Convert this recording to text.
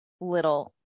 little